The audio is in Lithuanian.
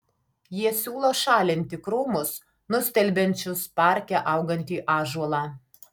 jie siūlo šalinti krūmus nustelbiančius parke augantį ąžuolą